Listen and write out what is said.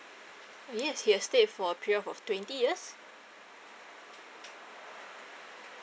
yes he has stayed for a period of twenty years